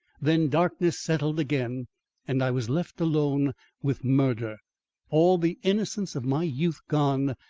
then darkness settled again and i was left alone with murder all the innocence of my youth gone,